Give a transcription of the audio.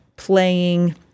playing